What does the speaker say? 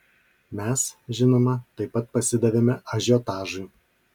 mes žinoma taip pat pasidavėme ažiotažui